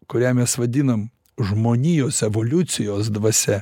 kurią mes vadinam žmonijos evoliucijos dvasia